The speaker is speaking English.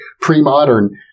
pre-modern